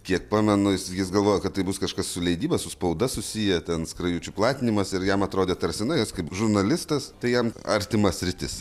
kiek pamenu jis galvojo kad tai bus kažkas su leidyba su spauda susiję ten skrajučių platinimas ir jam atrodė tarsi na jis kaip žurnalistas tai jam artima sritis